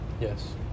Yes